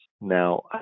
Now